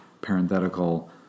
parenthetical